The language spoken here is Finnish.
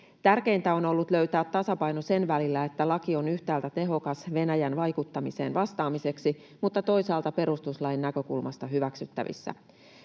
Tärkeintä on ollut löytää tasapaino sen välillä, että laki on yhtäältä tehokas Venäjän vaikuttamiseen vastaamiseksi mutta toisaalta perustuslain näkökulmasta hyväksyttävissä.